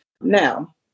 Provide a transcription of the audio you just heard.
Now